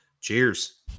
Cheers